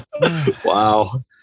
Wow